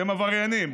אתם עבריינים.